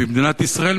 במדינת ישראל,